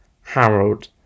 Harold